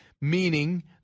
meaning